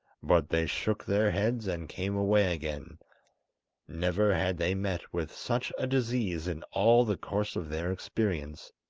but they shook their heads and came away again never had they met with such a disease in all the course of their experience.